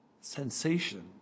sensation